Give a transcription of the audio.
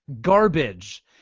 Garbage